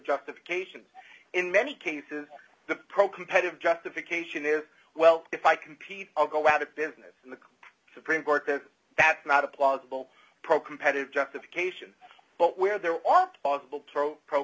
justification in many cases the pro competitive justification is well if i compete i'll go out of business in the supreme court that that's not a plausible pro competitive justification but where there are possible pro pro